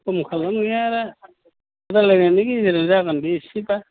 कम खालामनाया रायज्लायनायनि गेजेरजों जागोन बे एसेफोर